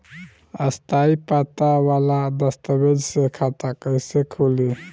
स्थायी पता वाला दस्तावेज़ से खाता कैसे खुली?